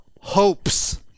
hopes